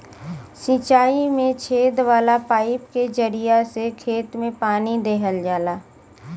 सिंचाई में छेद वाला पाईप के जरिया से खेत में पानी देहल जाला